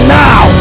now